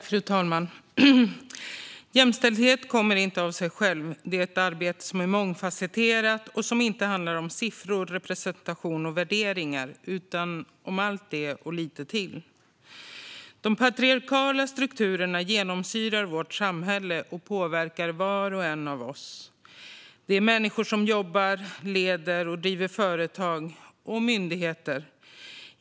Fru talman! Jämställdhet kommer inte av sig självt. Det krävs ett mångfasetterat arbete som inte bara handlar om siffror, representation och värderingar utan om allt det och lite till. De patriarkala strukturerna genomsyrar vårt samhälle och påverkar var och en av oss. Det är människor som jobbar, som leder och driver företag och myndigheter.